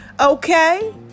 Okay